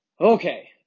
Okay